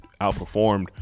outperformed